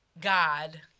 God